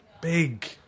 big